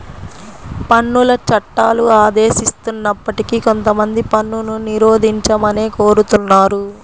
పన్నుల చట్టాలు ఆదేశిస్తున్నప్పటికీ కొంతమంది పన్నును నిరోధించమనే కోరుతున్నారు